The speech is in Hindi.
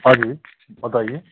हाँ जी बताइए